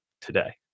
today